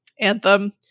Anthem